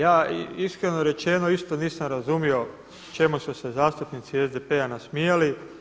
Ja iskreno rečeno isto nisam razumio čemu su se zastupnici SDP-a nasmijali.